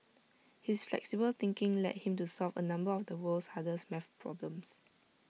his flexible thinking led him to solve A number of the world's hardest math problems